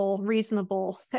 reasonable